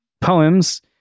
poems